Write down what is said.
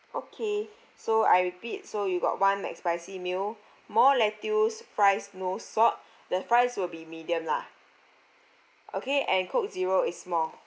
okay so I repeat so you got one mcspicy meal more lettuce fries no salt the fries will be medium lah okay and coke zero is small